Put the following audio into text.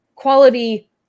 Quality